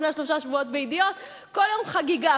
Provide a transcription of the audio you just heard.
לפני שלושה שבועות ב"ידיעות"; כל יום חגיגה,